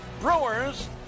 Brewers